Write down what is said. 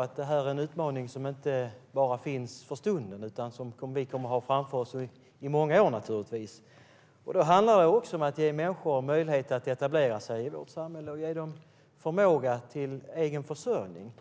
detta en utmaning som inte finns bara för stunden, utan vi kommer att ha denna utmaning framför oss i många år. Då handlar det också om att ge människor möjlighet att etablera sig i samhället och ge dem förmåga till egen försörjning.